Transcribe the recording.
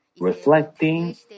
reflecting